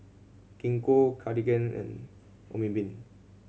Gingko Cartigain and Obimin